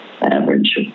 average